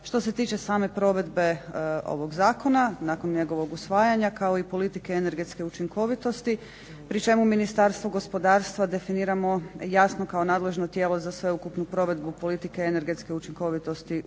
što se tiče same provedbe ovog Zakona, nakon njegovog usvajanja kao i politike energetske učinkovitosti pri čemu Ministarstvo gospodarstva definiramo jasno kao nadležno tijelo za sveukupnu provedbu politike energetske učinkovitosti u Hrvatskoj,